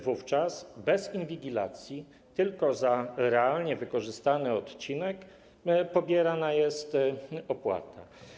Wówczas - bez inwigilacji - tylko za realnie wykorzystany odcinek pobierana jest opłata.